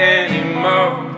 anymore